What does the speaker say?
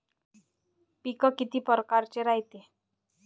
पिकं किती परकारचे रायते?